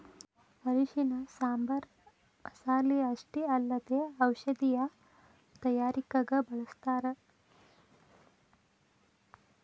ಅರಿಶಿಣನ ಸಾಂಬಾರ್ ಮಸಾಲೆ ಅಷ್ಟೇ ಅಲ್ಲದೆ ಔಷಧೇಯ ತಯಾರಿಕಗ ಬಳಸ್ಥಾರ